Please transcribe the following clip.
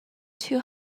two